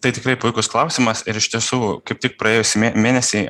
tai tikrai puikus klausimas ir iš tiesų kaip tik praėjusį mė mėnesį